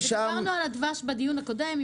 דיברנו על הדבש בדיון הקודם.